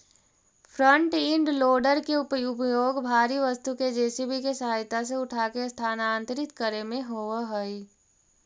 front end loader के प्रयोग भारी वस्तु के जे.सी.बी के सहायता से उठाके स्थानांतरित करे में होवऽ हई